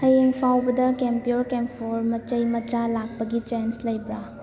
ꯍꯌꯦꯡ ꯐꯥꯎꯕꯗ camphor camphor ꯃꯆꯩ ꯃꯆꯥ ꯂꯥꯛꯄꯒꯤ ꯆꯥꯟꯁ ꯂꯩꯕ꯭ꯔꯥ